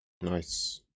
Nice